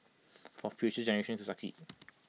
for future generations to succeed